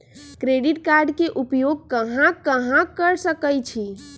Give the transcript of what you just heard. Credit card के उपयोग कहां कहां कर सकईछी?